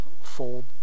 fold